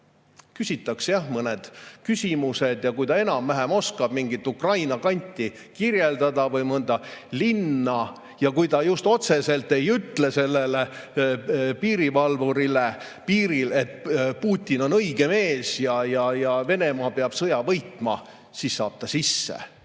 Küsitakse jah mõned küsimused ja kui inimene enam-vähem oskab mingit Ukraina kanti kirjeldada või mõnda linna ja kui ta just otseselt ei ütle piirivalvurile piiril, et Putin on õige mees ja Venemaa peab sõja võitma, siis saab see